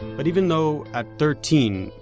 but even though, at thirteen,